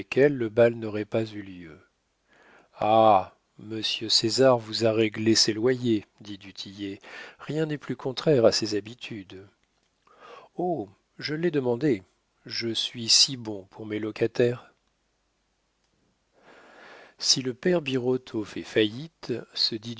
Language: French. le bal n'aurait pas eu lieu ah monsieur césar vous a réglé ses loyers dit du tillet rien n'est plus contraire à ses habitudes oh je l'ai demandé je suis si bon pour mes locataires si le père birotteau fait faillite se